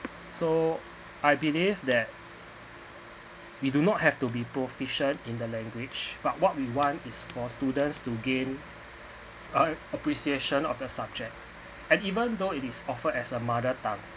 so I believe that we do not have to be proficient in the language but what we want is for students to gain a~ appreciation of the subject and even though it is offered as a mother tongue